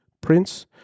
Prince